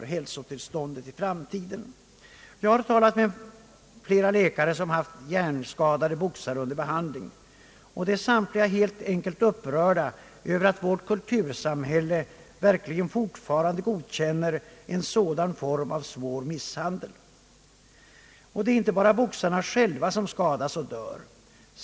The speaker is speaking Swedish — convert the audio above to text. för hälsotillståndet i framtiden. Jag har talat med flera läkare som har haft hjärnskadade boxare under behandling. Samtliga är helt enkelt upprörda över att vårt kultursamhälle verkligen fortfarande godkänner en sådan form av svår misshandel. Det är inte bara boxarna själva som skadas och dör.